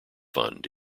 fund